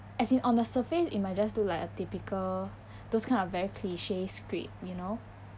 as in on the surface it might just look like a typical those kind of very cliche script you know